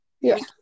Yes